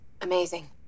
amazing